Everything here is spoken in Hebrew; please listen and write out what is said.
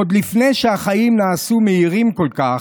עוד לפני שהחיים נעשו מהירים כל כך,